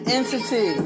Entity